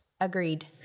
agreed